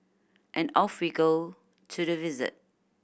and off we go to the visit